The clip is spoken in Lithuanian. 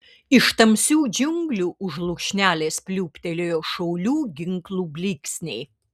iš tamsių džiunglių už lūšnelės pliūptelėjo šaulių ginklų blyksniai